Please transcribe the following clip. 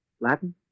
Latin